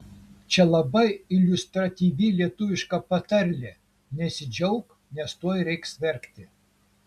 čia labai iliustratyvi lietuviška patarlė nesidžiauk nes tuoj reiks verkti